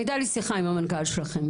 הייתה לי שיחה עם המנכ"ל שלכם,